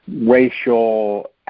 racial